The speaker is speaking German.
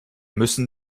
müssen